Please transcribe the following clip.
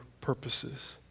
purposes